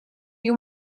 you